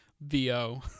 VO